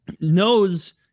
knows